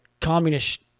communist